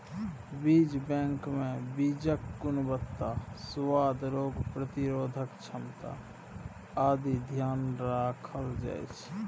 बीज बैंकमे बीजक गुणवत्ता, सुआद, रोग प्रतिरोधक क्षमता आदिक ध्यान राखल जाइत छै